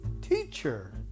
Teacher